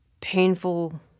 painful